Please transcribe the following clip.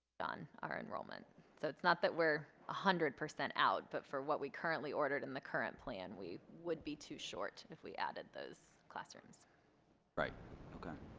but on our enrollment so it's not that we're a hundred percent out but for what we currently ordered in the current plan we would be too short if we added those classrooms right